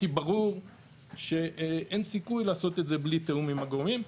כי ברור שאין סיכוי לעשות את זה בלי תיאום עם הגורמים.